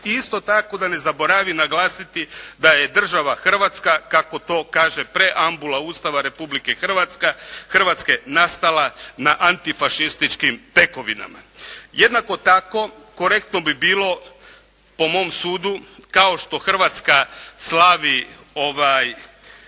isto tako da ne zaboravi naglasiti da je država Hrvatska kako to kaže preambula Ustava Republike Hrvatske nastala na antifašističkim tekovinama. Jednako tako korektno bi bilo po mom sudu kao što Hrvatska slavi 15.5.,